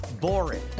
boring